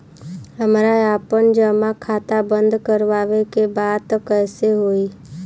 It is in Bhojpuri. हमरा आपन जमा खाता बंद करवावे के बा त कैसे होई?